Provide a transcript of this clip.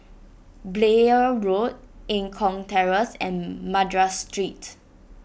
Blair Road Eng Kong Terrace and Madras Street